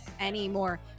anymore